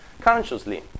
consciously